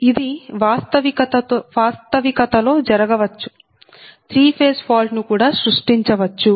ఇది వాస్తవికత లో జరగవచ్చు త్రీ ఫేజ్ ఫాల్ట్ ను కూడా సృష్టించవచ్చు